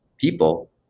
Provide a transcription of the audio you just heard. people